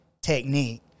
technique